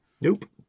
Nope